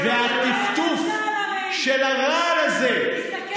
והטפטוף של הרעל הזה תסתכל אתה בראי.